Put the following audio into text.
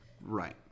right